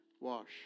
Wash